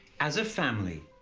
as a family,